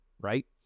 right